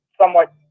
somewhat